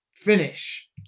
Finish